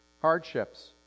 hardships